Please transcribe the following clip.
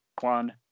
One